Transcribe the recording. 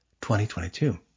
2022